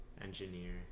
engineer